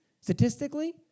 statistically